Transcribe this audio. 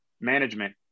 management